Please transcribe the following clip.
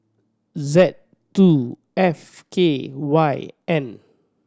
Z two F K Y N